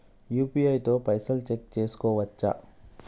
UPI తో పైసల్ check చేసుకోవచ్చా?